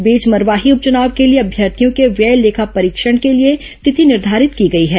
इस बीच मरवाही उपचुनाव के लिए अम्यर्थियों के व्यय लेखो निरीक्षण के लिए तिथि निर्घारित की गई है